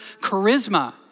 charisma